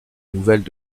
nouvelles